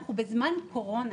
אנחנו בזמן קורונה.